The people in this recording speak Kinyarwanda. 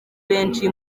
benshi